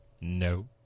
No